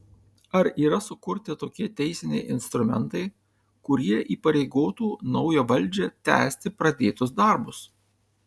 ar yra sukurti tokie teisiniai instrumentai kurie įpareigotų naują valdžią tęsti pradėtus darbus